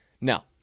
Now